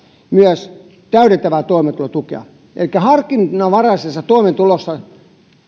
myös täydentävää toimeentulotukea elikkä harkinnanvaraisessa toimeentulotuessa